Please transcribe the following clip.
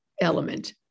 element